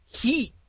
heat